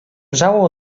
wrzało